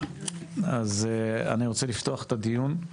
אני רוצה לפתוח את הדיון.